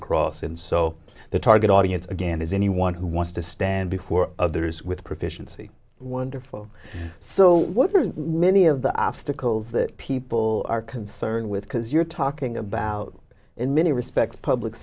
across in so the target audience again is anyone who wants to stand before others with proficiency wonderful so many of the obstacles that people are concerned with because you're talking about in many respects public